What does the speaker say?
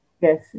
Yes